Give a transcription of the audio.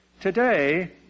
Today